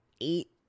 eight